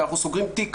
אנחנו סוגרים את התיק.